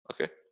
Okay